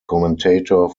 commentator